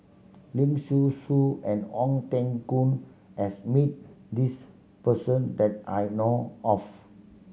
Leong Soo Soo and Ong Teng Koon has meet this person that I know of